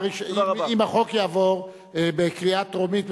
אם החוק יעבור בקריאה טרומית,